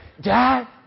Dad